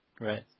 Right